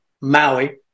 Maui